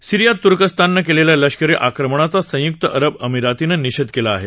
सिरीयात तुर्कस्ताननं केलेल्या लष्करी आक्रमणाचा संयुक्त अरब अमिरातीनं निषेध केला आहे